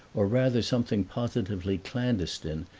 or rather something positively clandestine,